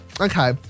okay